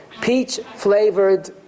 Peach-flavored